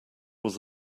was